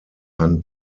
han